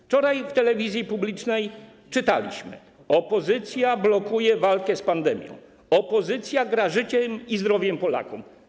Wczoraj w telewizji publicznej czytaliśmy: opozycja blokuje walkę z pandemią, opozycja gra życiem i zdrowiem Polaków.